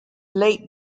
late